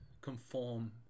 conform